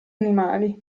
animali